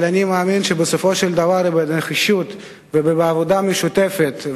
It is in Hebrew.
אבל אני מאמין שבסופו של דבר בנחישות ובעבודה משותפת,